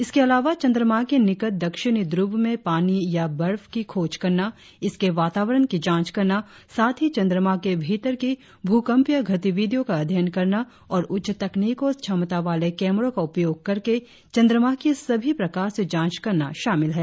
इसके अलावा चंद्रमा के निकट दक्षिणी ध्रव में पानी या बर्फ की खोज करना इसके वातावरण की जांच करना साथ ही चंद्रमा के भीतर की भूकंपीय गतिविधियों का अध्ययन करना और उच्च तकनीक और क्षमतावाले कैमरों का उपयोग करके चंद्रमा की सभी प्रकार से जांच करना शामिल है